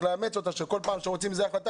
לאמץ אותה וכל פעם שרוצים איזו החלטה,